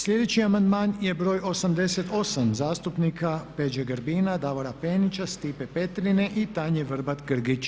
Sljedeći amandman je br. 88. zastupnika Peđe Grbina, Davora Penića, Stipe Petrine i Tanje Vrbat Grgić.